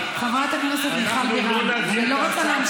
החוק, חברת הכנסת מיכל בירן, אני קוראת אותך